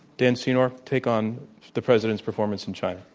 dan senor, take on the president's performance in china.